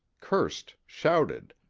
cursed, shouted,